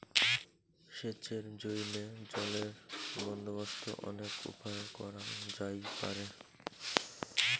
সেচের জইন্যে জলের বন্দোবস্ত অনেক উপায়ে করাং যাইপারে